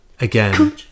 again